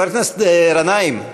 חבר הכנסת גנאים,